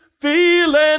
feeling